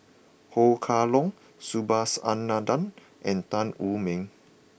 Ho Kah Leong Subhas Anandan and Tan Wu Meng